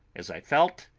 as i felt,